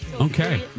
Okay